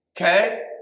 okay